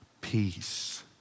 peace